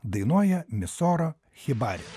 dainuoja misora chibari